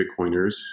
Bitcoiners